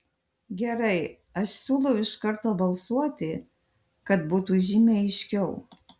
gerai aš siūlau iš karto balsuoti kad būtų žymiai aiškiau